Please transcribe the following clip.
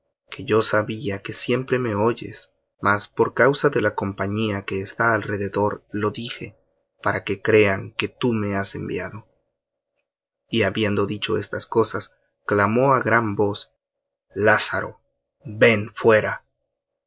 que yo sabía que siempre me oyes mas por causa de la compañía que está alrededor lo dije para que crean que tú me has enviado y habiendo dicho estas cosas clamó á gran voz lázaro ven fuera